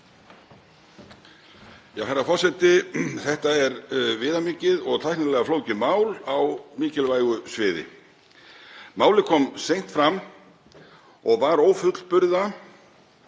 Herra forseti. Þetta er viðamikið og tæknilega flókið mál á mikilvægu sviði. Málið kom seint fram og var ófullburða